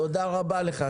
תודה רבה לך.